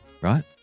Right